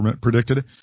predicted